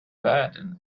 världen